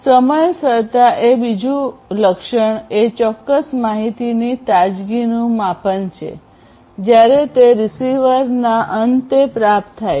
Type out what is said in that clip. સમયસરતા એ બીજું લક્ષણ એ ચોક્કસ માહિતીની તાજગીનું માપન છે જ્યારે તે રીસીવરના અંતે પ્રાપ્ત થાય છે